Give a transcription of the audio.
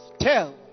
tell